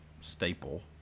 staple